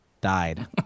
died